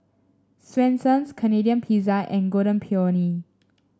Swensens Canadian Pizza and Golden Peony